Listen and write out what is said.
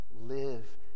live